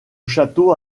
château